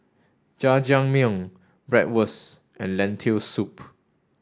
Jajangmyeon Bratwurst and Lentil soup